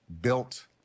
built